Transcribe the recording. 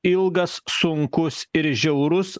ilgas sunkus ir žiaurus